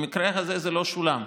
במקרה הזה זה לא שולם.